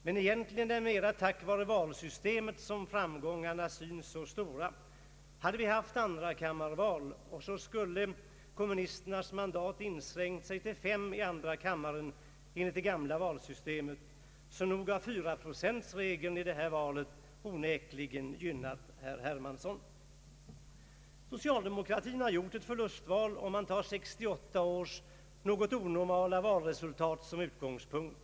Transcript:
Men egentligen är det mera tack vare valsystemet som framgångarna synes så stora. Hade vi haft andrakammarval skulle kommunisternas mandat ha inskränkt sig till fem i andra kammaren enligt det gamla valsystemet. Nog har 4-procentsregeln i detta val onekligen gynnat herr Hermansson. Socialdemokratin har gjort ett förlustval om man tar 1968 års något onormala valresultat såsom utgångspunkt.